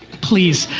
please.